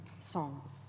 songs